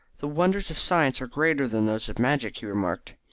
the wonders of science are greater than those of magic, he remarked.